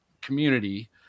community